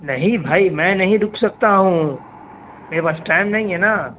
نہیں بھائی میں نہیں رک سکتا ہوں میرے پاس ٹائم نہیں ہے نا